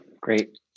great